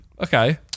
Okay